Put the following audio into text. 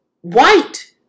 white